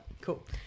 Cool